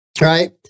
Right